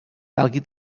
calgui